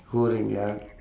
hovering ya